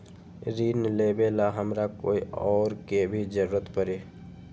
ऋन लेबेला हमरा कोई और के भी जरूरत परी?